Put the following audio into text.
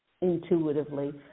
intuitively